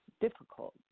difficult